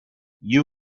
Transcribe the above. you